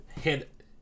hit